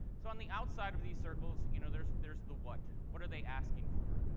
so on the outside of the circles you know there's there's the what? what are they asking for?